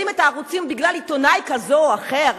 את הערוצים בגלל עיתונאי כזה או אחר?